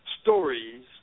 stories